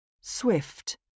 Swift